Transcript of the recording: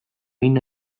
hein